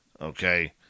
okay